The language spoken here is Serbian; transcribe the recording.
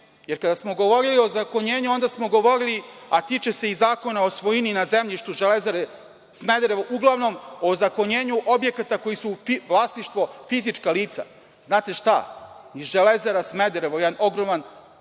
jer kada smo govorili o ozakonjenju, onda smo govorili, a tiče se i Zakona o svojini na zemljištu „Železare Smederevo“, uglavnom o ozakonjenju objekata koji su vlasništvo fizičkih lica. Znate šta, i „Železara Smederevo“ je jedan ogroman